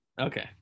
okay